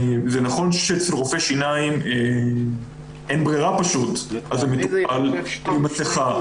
זה נכון שאצל רופא שיניים המטופל הוא בלי מסיכה,